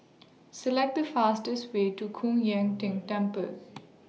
Select The fastest Way to Koon Ying Ting Temple